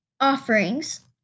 offerings